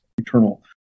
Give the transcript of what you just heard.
eternal